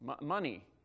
money